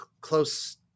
close